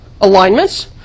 alignments